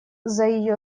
заявление